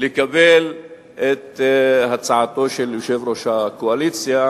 לקבל את הצעתו של יושב-ראש הקואליציה